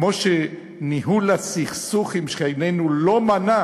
כמו שניהול הסכסוך עם שכנינו לא מנע